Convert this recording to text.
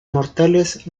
mortales